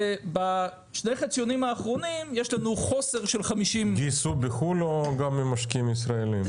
ובשני חציונים האחרונים יש לנו חוסר של 50. האם הם גייסו בחו"ל או גם ממשקיעים ישראלים?